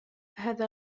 هذا